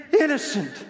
innocent